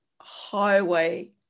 highway